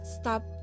stop